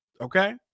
Okay